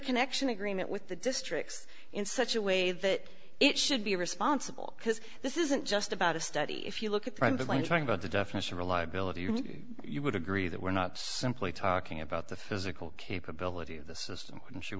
connection agreement with the districts in such a way that it should be responsible because this isn't just about a study if you look at private land talking about the definition reliability you would agree that we're not simply talking about the physical capability of the system and sure